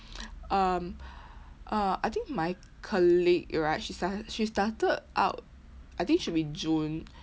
um uh I think my colleague right she's like she started out I think should be june